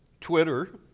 Twitter